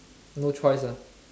no choice ah